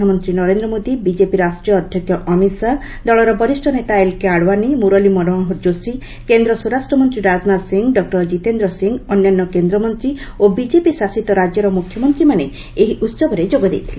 ପ୍ରଧାନମନ୍ତ୍ରୀ ନରେନ୍ଦ୍ର ମୋଦି ବିଜେପି ରାଷ୍ଟ୍ରୀୟ ଅଧ୍ୟକ୍ଷ ଅମିତ୍ ଶାହା ଦଳର ବରିଷ ନେତା ଏଲ୍ କେ ଆଡ଼ିୱାନୀ ମୁରଲୀ ମନୋହର ଯୋଷୀ କେନ୍ଦ୍ର ସ୍ୱରାଷ୍ଟ୍ର ମନ୍ତ୍ରୀ ରାଜନାଥ ମନ୍ତ୍ରୀ ଡକ୍ଟର ଜିତେନ୍ଦ୍ର ସିଂ ଅନ୍ୟାନ୍ୟ କେନ୍ଦ୍ରମନ୍ତ୍ରୀ ଓ ବିଜେପି ଶାସିତ ରାଜ୍ୟର ମ୍ରଖ୍ୟମନ୍ତ୍ରୀମାନେ ଏହି ଉସବରେ ଯୋଗ ଦେଇଥିଲେ